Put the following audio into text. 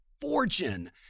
fortune